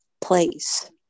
place